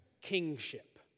kingship